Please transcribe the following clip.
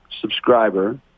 subscriber